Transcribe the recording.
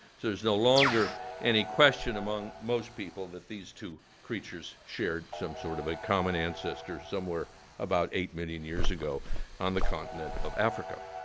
so there's no longer any question among most people that these two creatures shared some sort of a common ancestor somewhere about eight million years ago on the continent of africa.